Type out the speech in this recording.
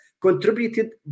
contributed